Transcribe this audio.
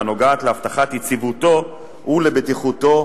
והנוגעת להבטחת יציבותו ולבטיחותו,